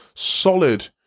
solid